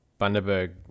Bundaberg